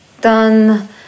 done